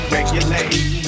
Regulate